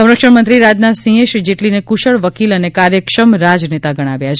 સંરક્ષણમંત્રી રાજનાથસિંહે શ્રી જેટલીને કુશળ વકીલ અને કાર્યક્ષમ રાજનેતા ગણાવ્યા છે